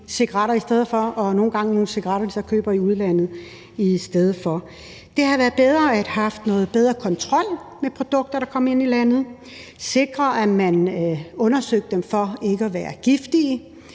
cigaretrygning i stedet for og nogle gange af nogle cigaretter, de så køber i udlandet i stedet for. Det havde været bedre at have haft noget bedre kontrol med de produkter, der kom ind i landet, at sikre, at man undersøgte dem for ikke at være giftige,